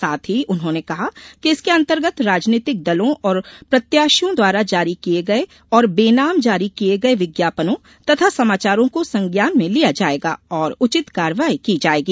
साथ ही उन्होंने कहा कि इसके अंतर्गत राजनीतिक दलों और प्रत्यार्शियों द्वारा जारी किये गये और बेनाम जारी किये गये विज्ञापनों तथा समाचारों को संज्ञान में लिया जायेगा और उचित कार्रवाई की जायेगी